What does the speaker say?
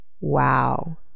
wow